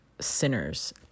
sinners